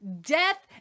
death